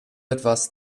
etwas